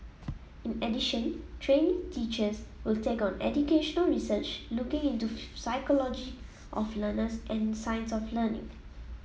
in addition trainee teachers will take on educational research looking into the psychology of learners and science of learning